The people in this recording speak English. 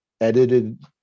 edited